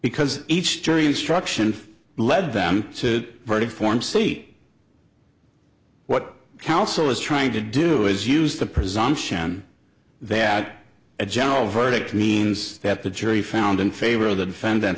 because each jury instruction lead them to verdict form seat what counsel is trying to do is use the presumption that a general verdict means that the jury found in favor of the defendant